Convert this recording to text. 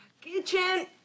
kitchen